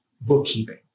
bookkeeping